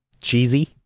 cheesy